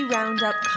Roundup